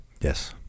Yes